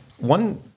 one